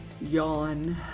Yawn